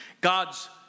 God's